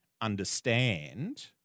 understand